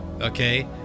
okay